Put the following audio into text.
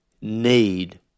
need